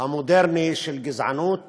המודרני לגזענות